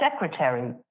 secretary